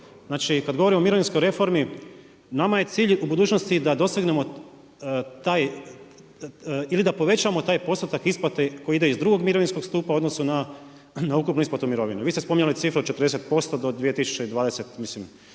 znači kad govorimo o mirovinskoj reformi nama je cilj u budućnosti da dosegnemo taj ili da povećamo taj postotak isplate koji ide iz drugog mirovinskog stupa u odnosu na ukupnu isplatu mirovina. Vi ste spominjali cifru od 40% do dvije tisuće